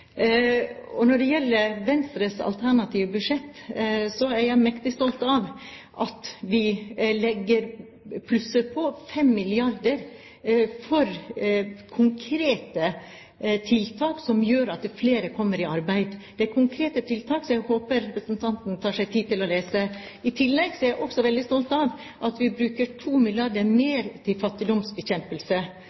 teller. Når det gjelder Venstres alternative budsjett, er jeg mektig stolt av at vi plusser på 5 mrd. kr til konkrete tiltak som gjør at flere kommer i arbeid. Det er konkrete tiltak, som jeg håper representanten tar seg tid til å lese. I tillegg er jeg også veldig stolt av at vi bruker 2 mrd. kr mer til fattigdomsbekjempelse.